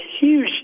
huge